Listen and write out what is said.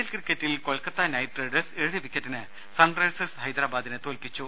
L ക്രിക്കറ്റിൽ Kolkata Knight Riders ഏഴു വിക്കറ്റിന് സൺറൈസേഴ്സ് ഹൈദരാബാദിനെ തോൽപ്പിച്ചു